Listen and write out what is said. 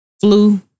flu